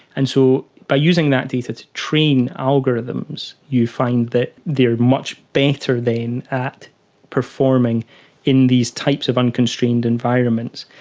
and so by using that data to train algorithms, you find that they are much better then at performing in these types of unconstrained environments.